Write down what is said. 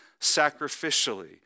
sacrificially